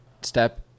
step